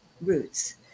roots